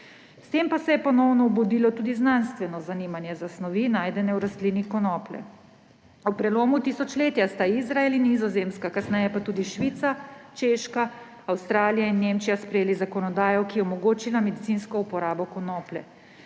s tem pa se je ponovno obudilo tudi znanstveno zanimanje za snovi, najdene v rastlini konoplji. Ob prelomu tisočletja sta Izrael in Nizozemska, kasneje pa tudi Švica, Češka, Avstralija in Nemčija, sprejela zakonodajo, ki je omogočila medicinsko uporabo konoplje.